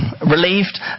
relieved